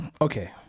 okay